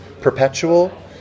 Perpetual